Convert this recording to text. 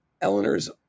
Eleanor's